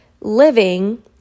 living